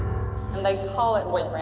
like call it boyfriend,